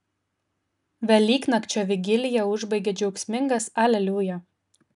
velyknakčio vigiliją užbaigia džiaugsmingas aleliuja